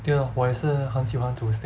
对 lor 我也是很喜欢煮 steak